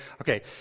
Okay